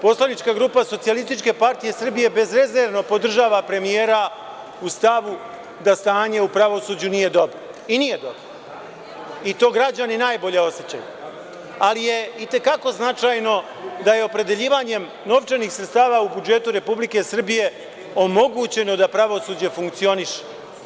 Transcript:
Poslanička grupa SPS bezrezervno podržava premijera u stavu da stanje u pravosuđu nije dobro i nije dobro i to građani najbolje osećaju, ali je i te kako značajno da je opredeljivanjem novčanih sredstava u budžetu Republike Srbije omogućeno da pravosuđe funkcioniše.